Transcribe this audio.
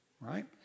Right